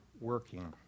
working